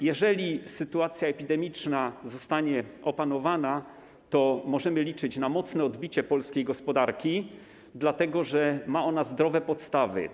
Jeżeli sytuacja epidemiczna zostanie opanowana, to możemy liczyć na mocne odbicie polskiej gospodarki, dlatego że ma ona zdrowe podstawy.